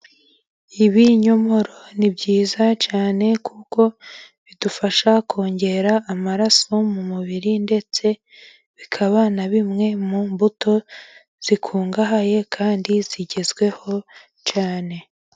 Ibinyomoro ni byiza cyane kuko bidufasha kongera amaraso mu mubiri ,ndetse bikaba na bimwe mu mbuto zikungahaye kandi zigezweho cyane.